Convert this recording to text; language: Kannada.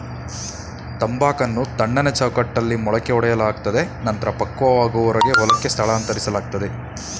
ತಂಬಾಕನ್ನು ತಣ್ಣನೆ ಚೌಕಟ್ಟಲ್ಲಿ ಮೊಳಕೆಯೊಡೆಯಲಾಗ್ತದೆ ನಂತ್ರ ಪಕ್ವವಾಗುವರೆಗೆ ಹೊಲಕ್ಕೆ ಸ್ಥಳಾಂತರಿಸ್ಲಾಗ್ತದೆ